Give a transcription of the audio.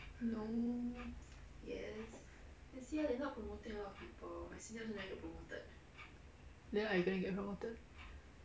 no then are you going to get promoted